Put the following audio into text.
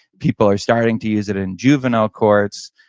people are starting to use it in juvenile courts,